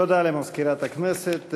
תודה למזכירת הכנסת.